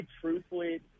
truthfully